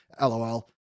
LOL